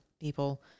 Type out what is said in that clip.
people